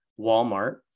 Walmart